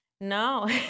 no